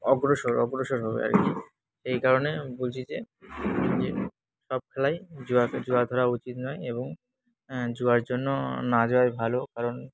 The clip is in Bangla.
অগ্রসর অগ্রসর হবে আর কি এই কারণে বলছি যে সব খেলাই জুয়াকে জুয়া খেলা উচিত নয় এবং জুয়ার জন্য না যাওয়াই ভালো কারণ